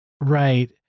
Right